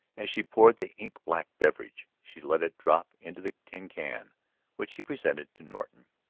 as she poured the ink-black beverage, she let it drop into the tin can which she presented to norton.